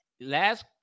last